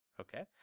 Okay